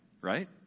right